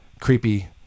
creepy